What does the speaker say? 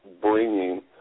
bringing